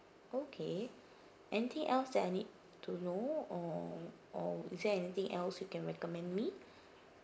okay anything else that I need to know or or is there anything else you can recommend me